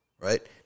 right